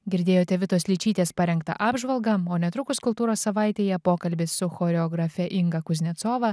girdėjote vitos ličytės parengtą apžvalgą o netrukus kultūros savaitėje pokalbis su choreografe inga kuznecova